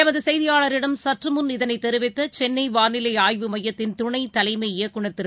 எமதுசெய்தியாளரிடம் சற்றுமுன் இதனைத் தெரிவித்தசென்னைவானிலைஆய்வு மையத்தின் தலை இயக்குநர் திரு